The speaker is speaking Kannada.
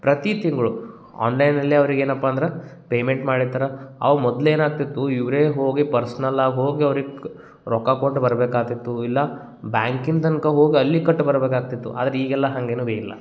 ಪ್ರತಿ ತಿಂಗಳು ಆನ್ಲೈನಲ್ಲೇ ಅವ್ರಿಗೆ ಏನಪ್ಪ ಅಂದ್ರೆ ಪೇಮೆಂಟ್ ಮಾಡಿರ್ತಾರ ಅವು ಮೊದ್ಲೇನು ಆಗ್ತಿತ್ತು ಇವರೇ ಹೋಗಿ ಪರ್ಸ್ನಲ್ಲಾಗಿ ಹೋಗಿ ಅವ್ರಿಗೆ ಕ ರೊಕ್ಕ ಕೊಟ್ಟು ಬರ್ಬೇಕಾಗ್ತಿತ್ತು ಇಲ್ಲ ಬ್ಯಾಂಕಿನ ತನಕ ಹೋಗಿ ಅಲ್ಲಿ ಕಟ್ಟಿ ಬರಬೇಕಾಗ್ತಿತ್ತು ಆದರೆ ಈಗೆಲ್ಲ ಹಂಗೆನೂ ಇಲ್ಲ